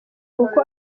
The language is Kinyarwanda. kuko